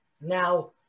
Now –